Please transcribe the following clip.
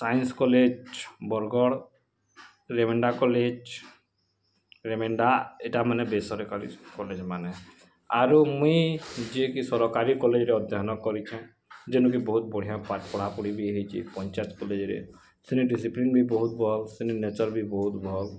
science college Bargarh Ravenshaw college Ravenshaw ଏଇଟା ମାନେ ବେସରକାରୀ କଲେଜ୍ମାନେ ଆରୁ ମୁଇଁ ଯିଏ କି ସରକାରୀ କଲେଜ୍ରେ ଅଧୟନ କରିଛେଁ ଯେନୁ କି ବହୁତ୍ ବଢ଼ିଆ ପାଠ୍ ପଢ଼ାପଢ଼ି ବି ହେଇଚି ପଞ୍ଚାୟତ୍ କଲେଜ୍ରେ ସେନେ ଡ଼ିସିପ୍ଲିନ୍ ବି ବହୁତ୍ ଭଲ୍ ସେନେ ନେଚର୍ ବି ବହୁତ୍ ଭଲ୍